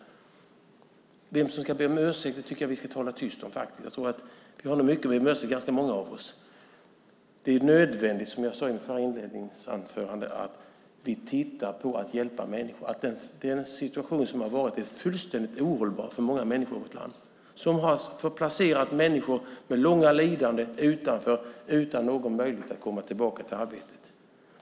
Vem som ska be om ursäkt tycker jag faktiskt att vi ska tala tyst om. Som jag sade i mitt inledningsanförande tror jag att det är nödvändigt att vi tittar på hur vi kan hjälpa människor. Den situation som har varit är fullständigt ohållbar för många människor. Människor med långa lidanden har placerats utanför, utan någon möjlighet att komma tillbaka till arbetet.